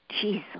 Jesus